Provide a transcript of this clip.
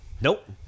Nope